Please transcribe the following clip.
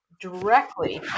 directly